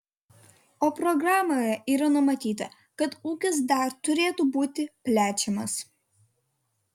o programoje yra numatyta kad ūkis dar turėtų būti plečiamas